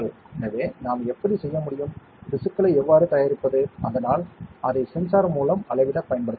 எனவே நாம் எப்படி செய்ய முடியும் திசுக்களை எவ்வாறு தயாரிப்பது அதனால் அதை சென்சார் மூலம் அளவிட பயன்படுத்தலாம்